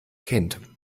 kind